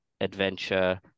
adventure